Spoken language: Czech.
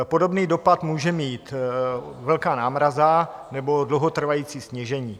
Podobný dopad může mít velká námraza nebo dlouhotrvající snížení.